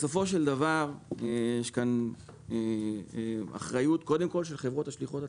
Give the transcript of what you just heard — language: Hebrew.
בסופו של דבר יש כאן אחריות קודם כל של חברות השליחות עצמן.